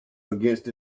against